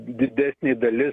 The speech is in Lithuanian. didesnė dalis